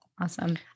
Awesome